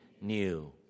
new